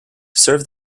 serve